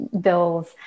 bills